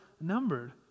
numbered